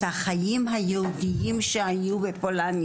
לפני כמה שנים נסעתי איתם לאושוויץ ועדיין המקום היה פחות או